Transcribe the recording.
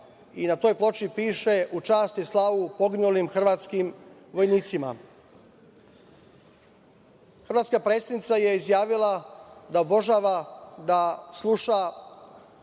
i na toj ploči piše – u čast i slavu poginulim hrvatskim vojnicima. Hrvatska predsednica je izjavila da obožava da sluša,